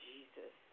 Jesus